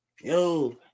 yo